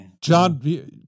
John